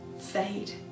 fade